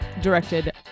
directed